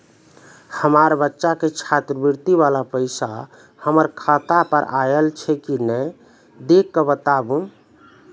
हमार बच्चा के छात्रवृत्ति वाला पैसा हमर खाता पर आयल छै कि नैय देख के बताबू?